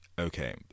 okay